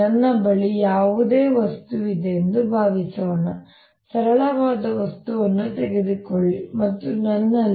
ನನ್ನ ಬಳಿ ಯಾವುದೇ ವಸ್ತುವಿದೆ ಎಂದು ಭಾವಿಸೋಣ ಸರಳವಾದ ವಸ್ತುವನ್ನು ತೆಗೆದುಕೊಳ್ಳಿ ಮತ್ತು ನನ್ನಲ್ಲಿ